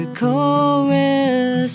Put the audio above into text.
chorus